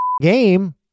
game